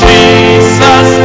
Jesus